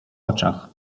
oczach